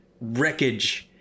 wreckage